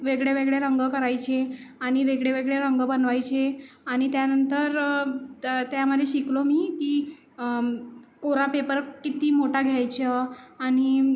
वेगळेवेगळे रंग करायचे आणि वेगळेवेगळे रंग बनवायचे आणि त्यानंतर त्यामधे शिकलो मी की कोरा पेपर किती मोठा घ्यायचं आणि